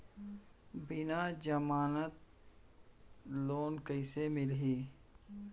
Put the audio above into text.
बिना जमानत लोन कइसे मिलही?